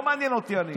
לא מעניין אותי אני.